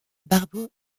barbeau